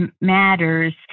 matters